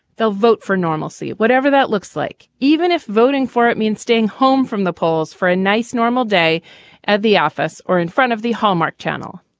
they'll vote for normalcy. whatever that looks like, even if voting for it means staying home from the polls for a nice normal day at the office or in front of the hallmark channel,